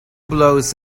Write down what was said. blows